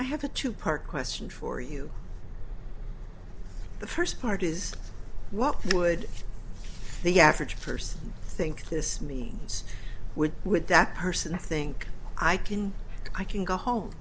i have a two part question for you the first part is what would the average person think this means when would that person think i can i can go home